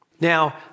Now